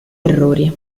errori